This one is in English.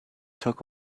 took